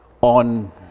on